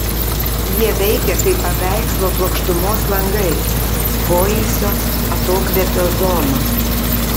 jie veikia kaip paveikslo plokštumos langai poilsio atokvėpio zonos